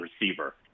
receiver